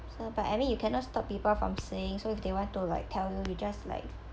so but I mean you cannot stop people from saying so if they want to like tell you you just like